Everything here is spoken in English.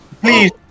please